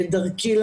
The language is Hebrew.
הפלשתינית.